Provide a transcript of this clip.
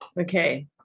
Okay